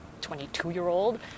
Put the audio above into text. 22-year-old